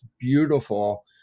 beautiful